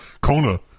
Kona